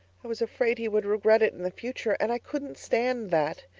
i was afraid he would regret it in the future and i couldn't stand that!